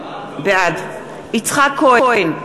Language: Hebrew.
בעד יצחק כהן,